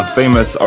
famous